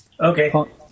Okay